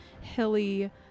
hilly